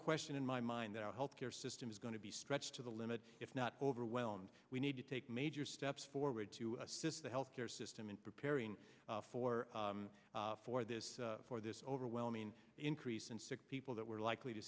question in my mind that our health care system is going to be stretched to the limit if not overwhelmed we need to take major steps forward to assist the healthcare system in preparing for for this for this overwhelming increase in sick people that we're likely to